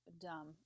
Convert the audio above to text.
dumb